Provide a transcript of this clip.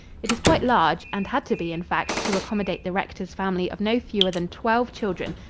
it is quite large and had to be, in fact, to accommodate the rector's family of no fewer than twelve children,